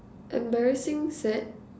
embarrassing sad